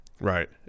right